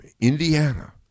Indiana